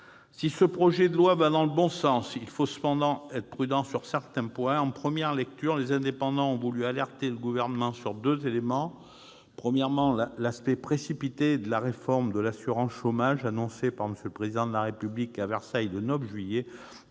Si ce projet de loi va dans le bon sens, il faut cependant être prudent sur certains points. En première lecture, Les Indépendants ont voulu alerter le Gouvernement sur deux éléments. Premièrement, ils ont souligné l'aspect précipité de la réforme de l'assurance chômage, annoncée par M. le Président de la République à Versailles, le 9 juillet